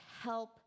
help